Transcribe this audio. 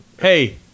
hey